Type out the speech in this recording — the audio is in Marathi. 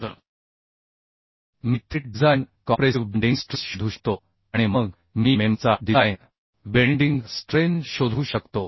तर मी थेट डिझाइन कॉम्प्रेसिव बेंडिंग स्ट्रेस शोधू शकतो आणि मग मी मेंबरचा डिझाइन बेंडिंग स्ट्रेन शोधू शकतो